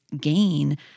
gain